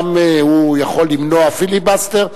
גם, הוא יכול למנוע פיליבסטר.